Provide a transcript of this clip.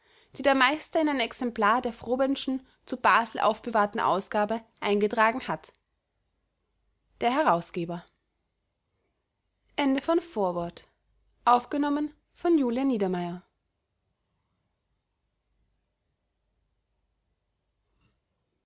die der meister in ein exemplar der frobenschen zu basel aufbewahrten ausgabe eingetragen hat der herausgeber